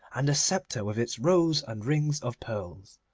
and the sceptre with its rows and rings of pearls.